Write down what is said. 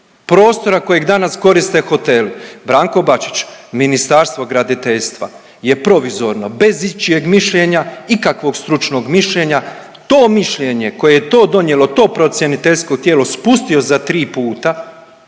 prostora kojeg danas koriste hoteli. Branko Bačić, Ministarstvo graditeljstva je provizorno bez ičijeg mišljenja, ikakvog stručnog mišljenja, to mišljenje koje je to donijelo, to procjeniteljsko tijelo spustio za 3 puta